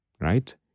right